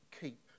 keep